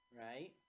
right